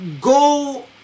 go